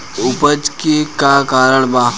अपच के का कारण बा?